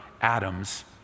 Adam's